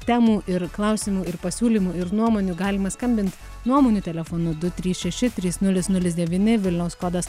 temų ir klausimų ir pasiūlymų ir nuomonių galima skambint nuomonių telefonu du trys šeši trys nulis nulis devyni vilniaus kodas